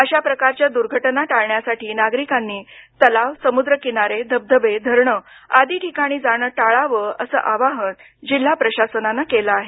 अशा प्रकारच्या दुर्घटना टाळण्यासाठी नागरिकांनी तलाव समुद्र किनारे धबधबे धरण आदी ठिकाणी जाण टाळावे असं आवाहन जिल्हा प्रशासनानं केलं आहे